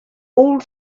old